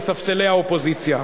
מספסלי האופוזיציה.